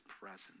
presence